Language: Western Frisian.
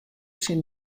syn